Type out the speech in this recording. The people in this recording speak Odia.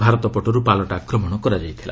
ଭାରତ ପଟରୁ ପାଲଟା ଆକ୍ରମଣ କରାଯାଇଥିଲା